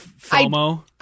FOMO